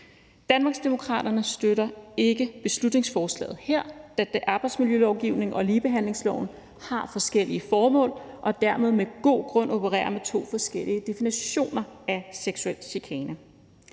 Danmarksdemokraterne støtter ikke beslutningsforslaget her, da arbejdsmiljølovgivningen og ligebehandlingsloven har forskellige formål og de dermed med god grund opererer med to forskellige definitioner af seksuel chikane.